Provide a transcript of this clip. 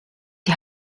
die